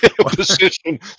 position